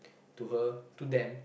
to her to them